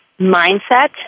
mindset